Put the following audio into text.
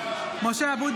(קוראת בשמות חברי הכנסת) משה אבוטבול,